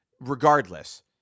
regardless